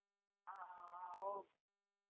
हाँ हाँ और